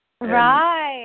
Right